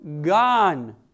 Gone